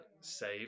save